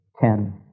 ten